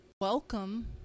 welcome